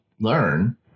learn